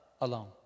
alone